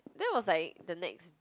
that was like the next